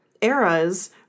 eras